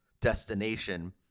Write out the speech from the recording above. destination